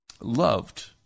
loved